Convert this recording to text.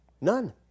none